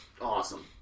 awesome